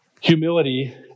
humility